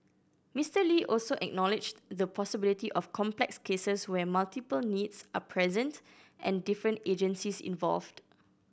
Mister Lee also acknowledged the possibility of complex cases where multiple needs are present and different agencies involved